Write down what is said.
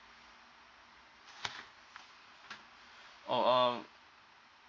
orh um